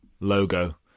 logo